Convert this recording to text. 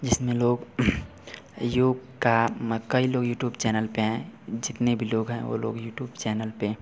जिसमें लोग योग का म कई लोग यूट्यूब चैनल पर हैं जितने भी लोग हैं वे लोग यूट्यूब चैनल पर